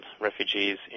refugees